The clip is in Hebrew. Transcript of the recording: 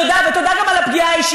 אין בעיה.